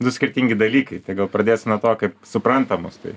du skirtingi dalykai tai gal pradėsiu nuo to kaip supranta mus tai